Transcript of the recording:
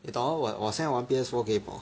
你懂 hor 我我现在玩 P_S four game hor